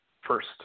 first